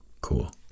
cool